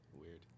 Weird